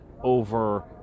over